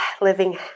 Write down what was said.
living